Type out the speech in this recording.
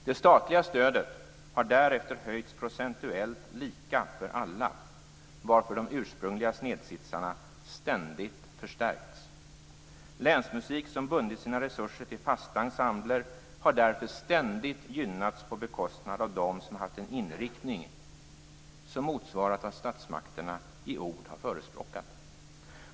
Det statliga stödet har därefter höjts procentuellt lika för alla, varför de ursprungliga snedsitsarna ständigt förstärkts. Länsmusik som bundit sina resurser till fasta ensembler har därför ständigt gynnats på bekostnad av dem som haft en inriktning som motsvarat vad statsmakterna i ord har förespråkat.